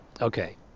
Okay